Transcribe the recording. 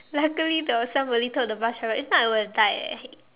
luckily there was somebody told the bus driver if I would have died eh